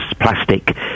plastic